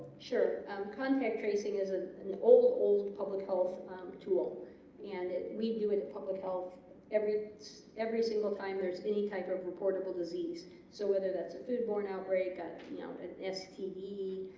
sure um contact tracing is ah an old old public health tool and we do it in public health every every single time there's any type of reportable disease so whether that's a foodborne outbreak ah you know an std